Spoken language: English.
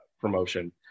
promotion